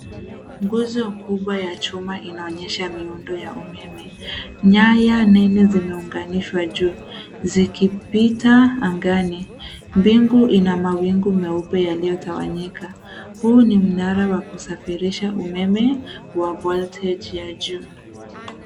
Nguzo kubwa ya chuma inaonyesha miundo ya umeme. Nyaya nene zimeunganishwa juu zikipita angani. Bingu ina mawingu meupe yaliyotawanyika. Huu ni mnara wa kusafirisha umeme wa voltage ya juu.